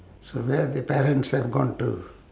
so where have the parents have gone to